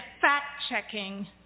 fact-checking